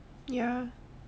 ya